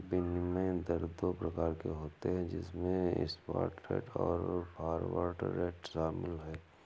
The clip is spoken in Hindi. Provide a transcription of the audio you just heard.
विनिमय दर दो प्रकार के होते है जिसमे स्पॉट रेट और फॉरवर्ड रेट शामिल है